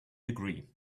agree